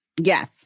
Yes